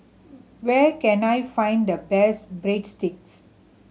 where can I find the best Breadsticks